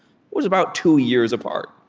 was about two years apart.